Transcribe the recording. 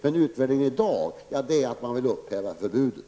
En utvärdering i dag innebär att man vill upphäva förbudet.